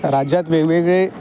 राज्यात वेगवेगळे